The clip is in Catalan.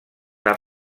s’ha